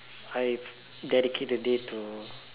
I dedicate the day to